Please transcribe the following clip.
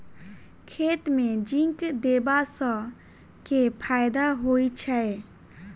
खेत मे जिंक देबा सँ केँ फायदा होइ छैय?